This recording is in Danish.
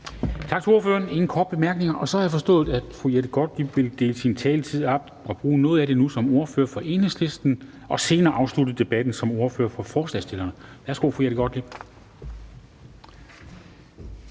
Tak til ordføreren. Der er ingen korte bemærkninger. Så har jeg forstået, at fru Jette Gottlieb vil dele sin taletid op og bruge noget af den nu som ordfører for Enhedslisten og senere afslutte debatten som ordfører for forslagsstillerne. Værsgo, fru Jette Gottlieb.